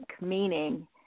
meaning